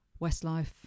Westlife